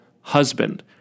husband